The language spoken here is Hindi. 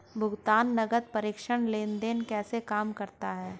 भुगतान नकद प्रेषण लेनदेन कैसे काम करता है?